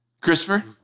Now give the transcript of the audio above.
Christopher